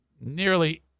Nearly